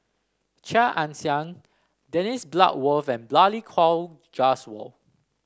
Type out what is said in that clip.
Chia Ann Siang Dennis Bloodworth and Balli Kaur Jaswal